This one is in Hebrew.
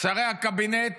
שרי הקבינט